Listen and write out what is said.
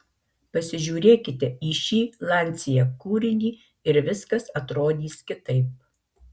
pasižiūrėkite į šį lancia kūrinį ir viskas atrodys kitaip